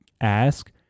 ask